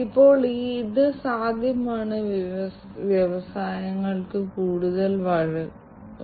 അതിനാൽ നമുക്ക് ആദ്യം സർവ്വവ്യാപിയായ സംവേദനത്തിൽ നിന്ന് ആരംഭിക്കാം